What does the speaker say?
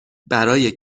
برای